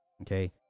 Okay